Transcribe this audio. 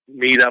meetup